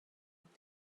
with